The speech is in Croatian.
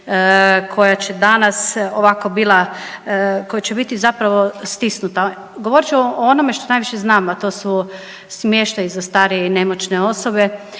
koja će danas, ovako bila, koja će biti zapravo stisnuta. Govorit ću o onome što najviše znam, a to su smještaji za starije i nemoćne osobe.